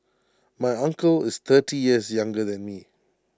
my uncle is thirty years younger than me